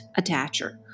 attacher